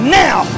now